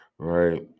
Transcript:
Right